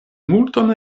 multon